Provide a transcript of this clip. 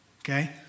okay